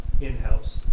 in-house